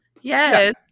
Yes